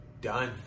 done